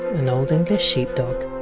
an old english sheepdog.